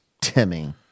Timmy